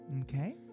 Okay